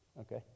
Okay